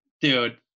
Dude